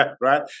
Right